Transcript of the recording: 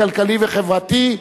הכלכלי והחברתי,